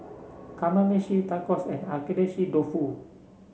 Kamameshi Tacos and Agedashi Dofu